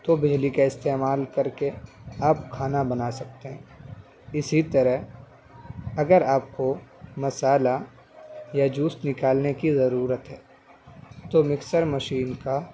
تو بجلی کا استعمال کر کے آپ کھانا بنا سکتے ہیں اسی طرح اگر آپ کو مسالہ یا جوس نکالنے کی ضرورت ہے تو مکسر مشین کا